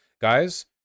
Guys